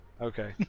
Okay